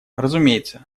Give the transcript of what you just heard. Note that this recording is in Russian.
разумеется